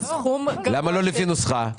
למה לא לפי נוסחה?